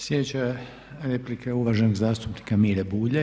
Sljedeća replika je uvaženog zastupnika Mire Bulja.